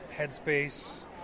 Headspace